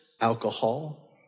alcohol